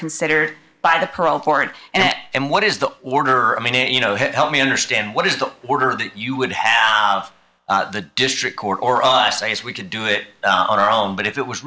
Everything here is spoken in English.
considered by the parole board and what is the order i mean it you know help me understand what is the order that you would have of the district court or us i guess we could do it on our own but if it was